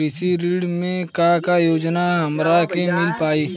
कृषि ऋण मे का का योजना हमरा के मिल पाई?